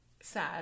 sad